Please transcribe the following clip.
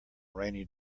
rainy